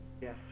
yes